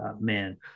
man